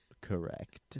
correct